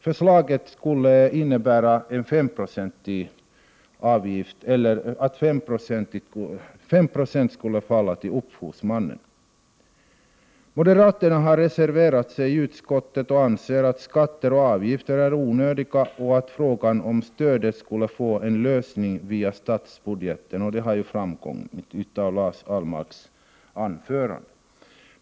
Förslaget skulle innebära att 5 96 tillfaller upphovsmannen. Moderaterna har reserverat sig i utskottet. De anser att skatter och avgifter är onödiga och att frågan om stödet bör få en lösning via statsbudgeten. Detta har framgått av Lars Ahlmarks anförande.